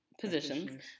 positions